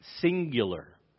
Singular